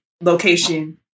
location